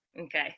Okay